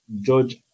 judge